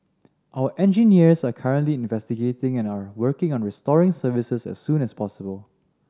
our engineers are currently investigating and are working on restoring services as soon as possible